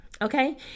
Okay